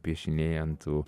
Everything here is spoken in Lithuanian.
piešiniai ant tų